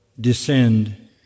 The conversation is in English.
descend